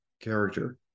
character